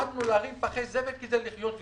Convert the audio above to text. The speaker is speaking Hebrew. שלמדנו להרים פחי זבל כדי לחיות,